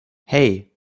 hei